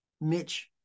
Mitch